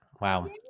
Wow